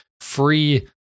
Free